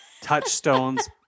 touchstones